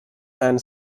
and